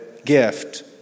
gift